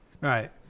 right